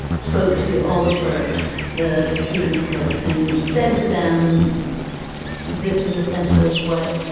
spoke to all the clerks the stevens clerks and said to them this is essentially what